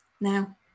Now